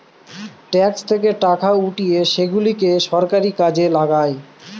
tax থেকে টাকা উঠিয়ে সেগুলাকে সরকার কাজে লাগায়